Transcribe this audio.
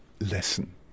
lesson